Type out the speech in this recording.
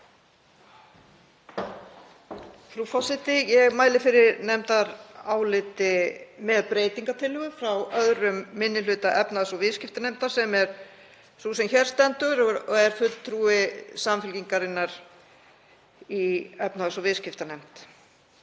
Frú forseti. Ég mæli fyrir nefndaráliti með breytingartillögu frá 2. minni hluta efnahags- og viðskiptanefndar, sem er sú sem hér stendur og er fulltrúi Samfylkingarinnar í efnahags- og viðskiptanefnd.